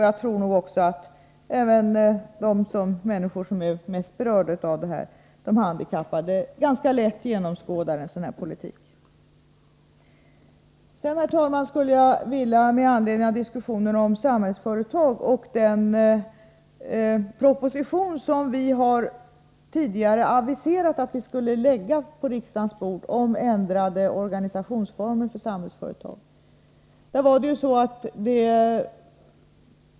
Jag tror också att även de människor som är mest berörda, dvs. de handikappade, ganska lätt genomskådar en sådan politik. Jag vill gärna anknyta till diskussionen om Samhällsföretag och den proposition om ändrade organisationsformer för Samhällsföretag som vi tidigare aviserat att vi skulle lägga på riksdagens bord.